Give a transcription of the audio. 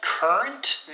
Current